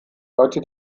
heute